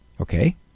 Okay